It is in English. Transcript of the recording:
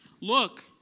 Look